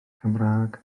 cymraeg